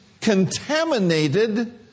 contaminated